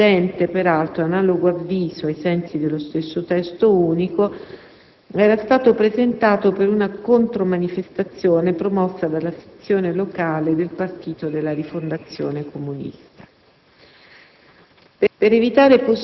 Già il 6 giugno precedente, peraltro, analogo avviso, ai sensi del Testo unico delle leggi di pubblica sicurezza, era stato presentato per una contromanifestazione promossa dalla sezione locale del Partito della Rifondazione Comunista.